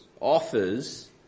offers